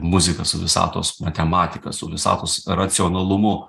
muzika su visatos matematika su visatos racionalumu